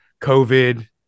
covid